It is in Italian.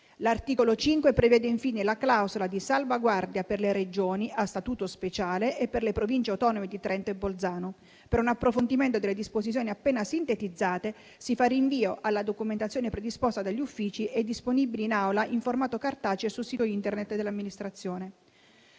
L'articolo 5 prevede infine la clausola di salvaguardia per le Regioni a Statuto speciale e per le Province autonome di Trento e Bolzano. Per un approfondimento delle disposizioni appena sintetizzate si fa rinvio alla documentazione predisposta dagli Uffici e disponibili in Aula in formato cartaceo e sul sito Internet dell'Amministrazione.